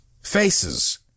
faces